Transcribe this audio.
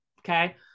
Okay